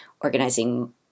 organizing